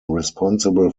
responsible